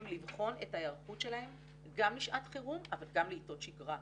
לבחון את ההיערכות שלהם גם לשעת חירום אבל גם לעיתות שגרה.